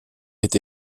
est